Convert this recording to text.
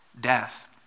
death